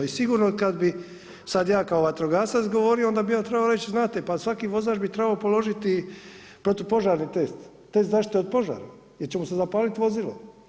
I sigurno kad bi sad ja kao vatrogasac govorio onda bih ja trebao reći, znate pa svaki vozač bi trebao položiti protupožarni test, test zaštite od požara jer će mu se zapalit vozilo.